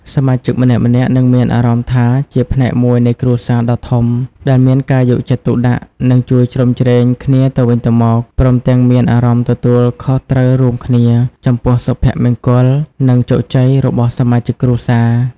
សមាជិកម្នាក់ៗនឹងមានអារម្មណ៍ថាជា ផ្នែកមួយនៃគ្រួសារដ៏ធំ ដែលមានការយកចិត្តទុកដាក់ និងជួយជ្រោមជ្រែងគ្នាទៅវិញទៅមក ព្រមទាំងមាន អារម្មណ៍ទទួលខុសត្រូវរួមគ្នា ចំពោះសុភមង្គល និងជោគជ័យរបស់សមាជិកគ្រួសារ។